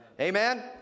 Amen